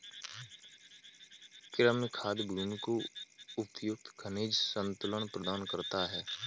कृमि खाद भूमि को उपयुक्त खनिज संतुलन प्रदान करता है